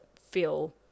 feel